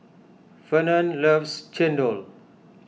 Fernand loves Chendol